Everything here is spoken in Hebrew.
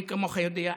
מי כמוך יודע,